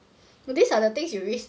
these are the things you risk